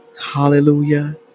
Hallelujah